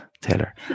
Taylor